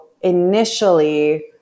initially